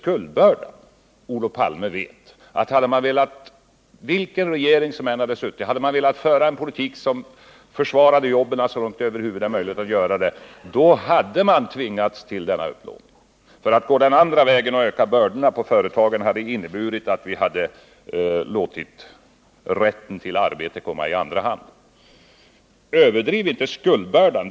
Olof Palme vet att vilken regering som än hade suttit och som velat föra en politik som försvarar jobben så långt det över huvud taget är möjligt hade tvingats till denna upplåning. Att gå den andra vägen och öka bördorna på företagen hade inneburit att vi låtit rätten till arbete komma i andra hand. Överdriv alltså inte skuldbördan.